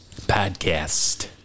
podcast